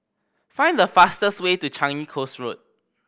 find the fastest way to Changi Coast Road